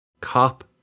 Cop